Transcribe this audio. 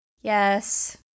Yes